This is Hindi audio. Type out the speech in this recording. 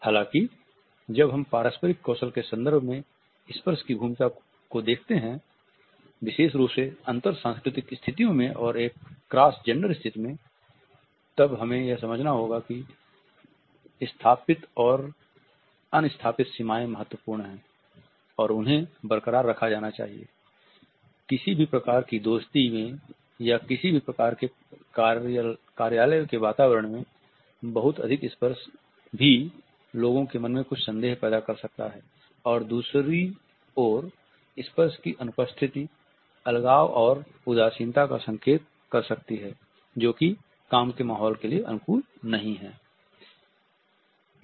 हालांकि जब हम पारस्परिक कौशल के संदर्भ में स्पर्श की भूमिका को देखते हैं विशेष रूप से अंतर सांस्कृतिक स्थितियों में और एक क्रॉस जेंडर स्थितियों में तब हमें यह समझना होगा कि स्थापित और अन स्थापित सीमाएं महत्वपूर्ण हैं और उन्हें बरकरार रखा जाना किसी भी प्रकार की दोस्ती में या किसी भी प्रकार के कार्यालय के वातावरण में बहुत अधिक स्पर्श भी लोगों के मन में कुछ संदेह पैदा कर सकता है और दूसरी ओर स्पर्श की अनुपस्थिति अलगाव और उदासीनता का संकेत कर सकती है जो कि काम के माहौल के लिए अनुकूल नहीं है